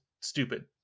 stupid